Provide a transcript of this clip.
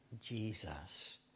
Jesus